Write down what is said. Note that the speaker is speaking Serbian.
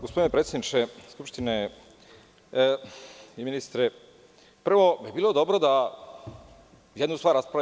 Gospodine predsedniče Skupštine i ministre, prvo, bilo bi dobro da jednu stvar raspravimo.